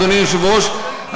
אדוני היושב-ראש,